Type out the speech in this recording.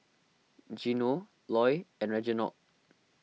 Gino Loy and Reginald